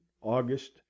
august